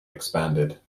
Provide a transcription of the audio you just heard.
expanded